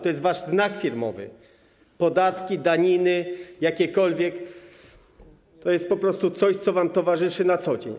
To jest wasz znak firmowy: podatki, jakiekolwiek daniny, to jest po prostu coś co, wam towarzyszy na co dzień.